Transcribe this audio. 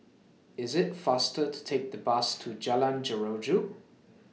IS IT faster to Take The Bus to Jalan Jeruju